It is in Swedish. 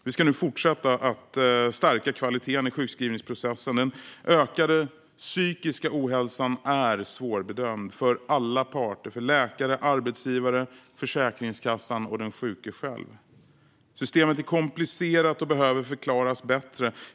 Vi ska nu fortsätta att stärka kvaliteten i sjukskrivningsprocessen. Den ökade psykiska ohälsan är svårbedömd för alla parter: läkare, arbetsgivare, Försäkringskassan och den sjuke själv. Systemet är komplicerat och behöver förklaras bättre.